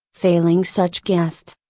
failing such guest,